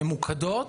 ממוקדות,